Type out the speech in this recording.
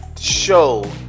Show